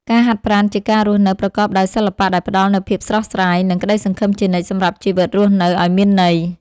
ការហាត់ប្រាណជាការរស់នៅប្រកបដោយសិល្បៈដែលផ្ដល់នូវភាពស្រស់ស្រាយ និង ក្ដីសង្ឃឹមជានិច្ចសម្រាប់ជីវិតរស់នៅឱ្យមានន័យ។